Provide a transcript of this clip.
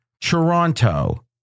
Toronto